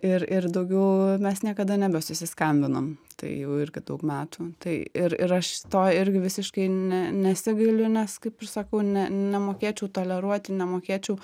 ir ir daugiau mes niekada nebesusiskambinom tai jau irgi daug metų tai ir ir aš to irgi visiškai ne nesigailiu nes kaip ir sakau ne nemokėčiau toleruoti nemokėčiau